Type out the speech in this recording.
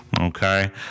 okay